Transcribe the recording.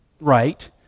right